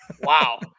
Wow